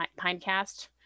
pinecast